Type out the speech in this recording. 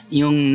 yung